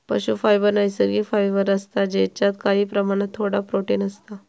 पशू फायबर नैसर्गिक फायबर असता जेच्यात काही प्रमाणात थोडा प्रोटिन असता